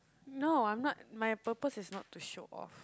no I'm not my purpose is not to show off